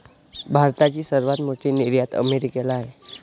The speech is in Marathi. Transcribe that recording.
भारताची सर्वात मोठी निर्यात अमेरिकेला आहे